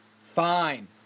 Fine